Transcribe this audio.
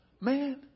Man